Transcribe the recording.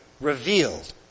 revealed